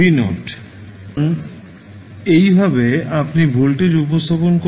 সুতরাং এইভাবে আপনি ভোল্টেজ উপস্থাপন করবে